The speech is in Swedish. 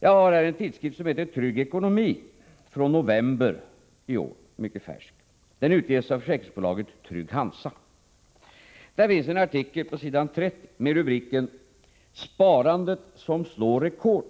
Jag har här ett nummer av en tidskrift som heter Trygg Ekonomi. Det är från innevarande månad, alltså mycket färskt. Tidskriften utges av försäkringsbolaget Trygg Hansa. Där finns en artikel på s. 30 med rubriken Sparandet som slår rekord.